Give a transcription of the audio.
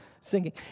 singing